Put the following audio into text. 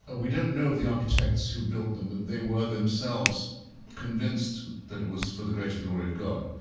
ah we don't know if the architects who built them that they were themselves convinced that it was for the greater glory of god.